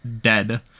Dead